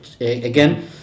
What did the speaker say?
again